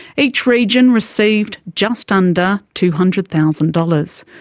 each region received just under two hundred thousand dollars.